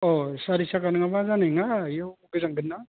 अह सारि साखा नङाबा जानाय नङा बेयाव गोजांगोन ना